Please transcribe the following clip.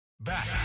Back